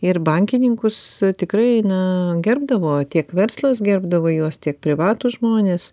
ir bankininkus tikrai na gerbdavo tiek verslas gerbdavo juos tiek privatūs žmonės